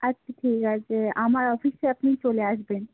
আচ্ছা ঠিক আছে আমার অফিসে আপনি চলে আসবেন